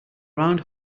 round